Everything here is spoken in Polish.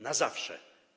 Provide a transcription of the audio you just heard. Na zawsze!